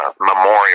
Memorial